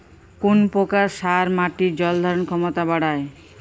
কোন প্রকার সার মাটির জল ধারণ ক্ষমতা বাড়ায়?